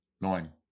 Nine